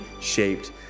shaped